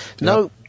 No